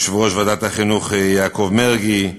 יושב-ראש ועדת החינוך יעקב מרגי,